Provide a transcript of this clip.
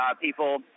people